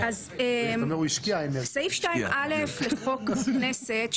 סעיף 2א לחוק הכנסת,